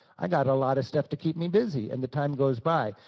i got a lot of stuff to keep me busy and the time goes by.